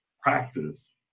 practice